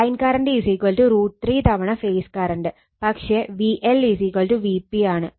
line current √ 3തവണ phase current പക്ഷെ VL Vp ആണ്